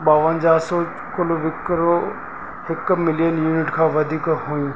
ॿावंजाह सौ कुलु विकिरो हिकु मिलियन यूनिट खां वधीक हुई